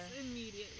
immediately